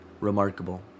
remarkable